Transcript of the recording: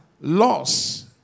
laws